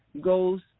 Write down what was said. goes